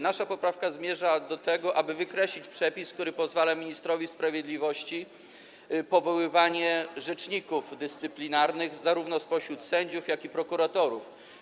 Nasza poprawka zmierza do tego, aby wykreślić przepis, który pozwala ministrowi sprawiedliwości na powoływanie rzeczników dyscyplinarnych spośród zarówno sędziów, jak i prokuratorów.